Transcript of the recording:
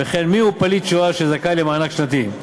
וכן מיהו פליט שואה שזכאי למענק שנתי,